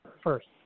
first